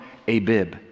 Abib